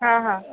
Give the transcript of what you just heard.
हां हां